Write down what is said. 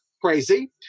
crazy